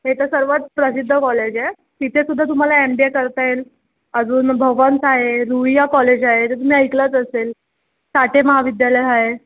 ते तर सर्वात प्रसिद्ध कॉलेज आहे तिथे सुद्धा तुम्हाला एम बी ए करता येईल अजून भवन्स आहे रुईया कॉलेज आहे ते तुम्ही ऐकलंच असेल साठे महाविद्यालय आहे